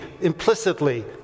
implicitly